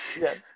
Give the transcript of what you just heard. Yes